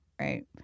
right